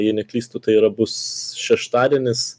jei neklystu tai yra bus šeštadienis